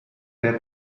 fair